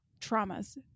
traumas